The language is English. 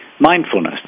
mindfulness